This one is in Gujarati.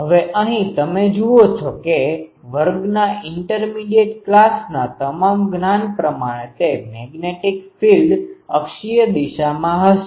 હવે અહીં તમે જુઓ છો કે વર્ગના ઇન્ટરમીડીયેટintermediate મધ્યવર્તી ક્લાસclassesવર્ગોના તમારા જ્ઞાન પ્રમાણે તે મેગ્નેટિકmagneticચુંબકીય ફિલ્ડ અક્ષીય દિશામાં હશે